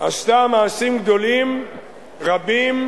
עשתה מעשים גדולים רבים,